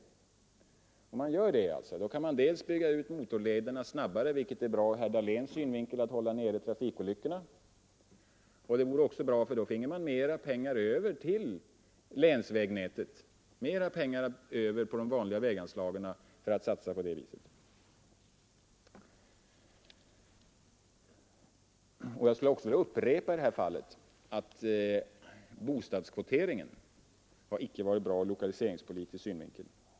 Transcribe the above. Under sådana förhållanden kan man dels bygga ut motorlederna snabbare, vilket är bra ur herr Dahléns synvinkel att trafikolyckorna bör hållas nere, dels få mera pengar över på de vanliga Jag vill också upprepa i detta sammanhang att bostadskvoteringen icke har varit bra ur lokaliseringspolitisk synvinkel.